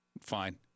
Fine